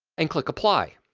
and click apply.